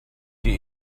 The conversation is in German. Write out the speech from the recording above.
die